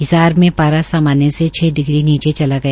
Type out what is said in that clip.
हिसार में पारा सामान्य से छ डिग्री नीचे चला गया